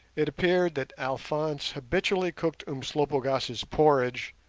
it appeared that alphonse habitually cooked umslopogaas's porridge,